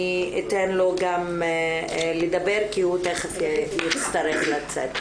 אני אתן לו לדבר כי הוא תיכף יצטרך לצאת.